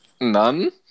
None